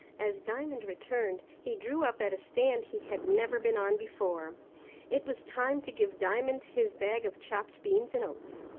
as diamond returned, he drew up at a stand he had never been on before it was time to give diamond his bag of chopped beans and oats.